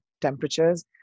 temperatures